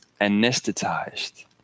anesthetized